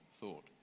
thought